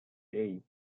hey